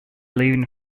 leaving